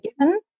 given